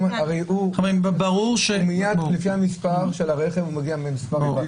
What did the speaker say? מייד לפי המספר של הרכב הוא מגיע למספר הטלפון.